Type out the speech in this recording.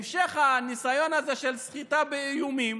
המשך הניסיון הזה של סחיטה באיומים